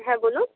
হ্যাঁ বলুন